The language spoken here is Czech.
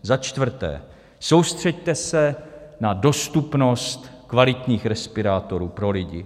Za čtvrté, soustřeďte se na dostupnost kvalitních respirátorů pro lidi.